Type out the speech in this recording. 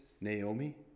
Naomi